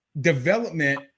Development